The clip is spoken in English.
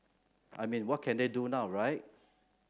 I mean what can they do now right